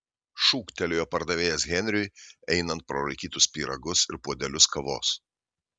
šūktelėjo pardavėjas henriui einant pro raikytus pyragus ir puodelius kavos